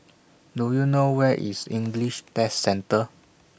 Do YOU know Where IS English Test Centre